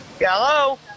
Hello